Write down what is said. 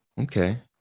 Okay